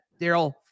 Daryl